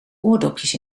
oordopjes